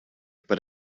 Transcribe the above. but